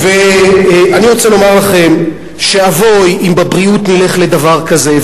ואני רוצה לומר לכם שאבוי אם בבריאות נלך לדבר כזה,